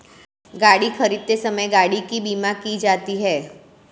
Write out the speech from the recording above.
गाड़ी खरीदते समय गाड़ी की बीमा की जाती है